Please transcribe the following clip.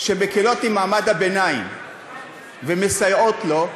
שמקלות עם מעמד הביניים ומסייעות לו,